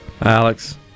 Alex